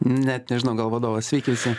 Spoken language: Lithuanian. net nežinau gal vadovas sveiki visi